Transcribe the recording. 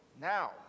now